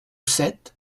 sept